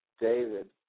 David